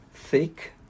thick